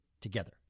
together